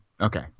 okay